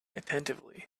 attentively